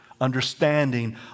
understanding